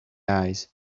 eyes